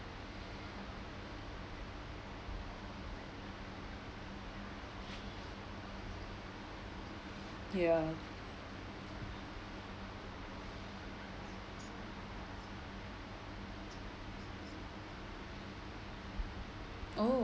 ya oh